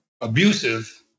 abusive